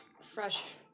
fresh